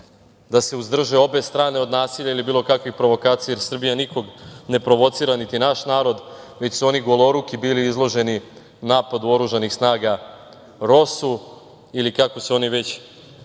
da se uzdrže obe strane od nasilja ili bilo kakvih provokacija, jer Srbija nikoga ne provocira niti naš narod, već su oni goloruki bili izloženi napadu oružanih snaga ROSU ili kako se oni već